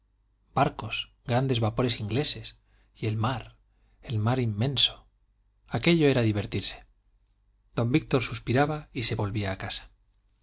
barcos grandes vapores ingleses y el mar el mar inmenso aquello era divertirse don víctor suspiraba y se volvía a casa